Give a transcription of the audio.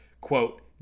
Quote